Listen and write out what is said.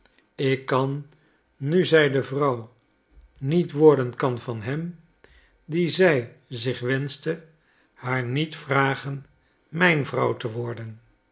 ik kan nu zij de vrouw niet worden kan van hem dien zij zich wenschte haar niet vragen mijn vrouw te worden